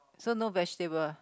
so no vegetable